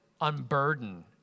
unburden